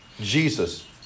Jesus